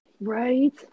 Right